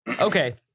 Okay